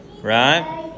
Right